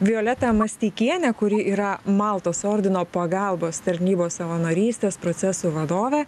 violetą masteikienę kuri yra maltos ordino pagalbos tarnybos savanorystės procesų vadovė